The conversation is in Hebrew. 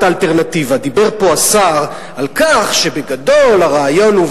ועכשיו לשאלת האלטרנטיבה: דיבר פה השר על כך שבגדול הרעיון הוא,